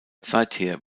seither